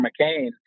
McCain